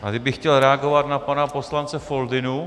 A kdybych chtěl reagovat na pana poslance Foldynu...